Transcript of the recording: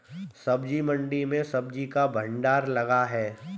सब्जी मंडी में सब्जी का भंडार लगा है